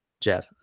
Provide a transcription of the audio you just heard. Jeff